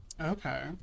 Okay